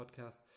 podcast